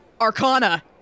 Arcana